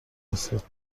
رسید